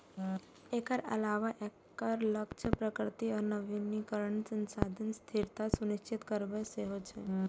एकर अलावे एकर लक्ष्य प्राकृतिक आ नवीकरणीय संसाधनक स्थिरता सुनिश्चित करब सेहो छै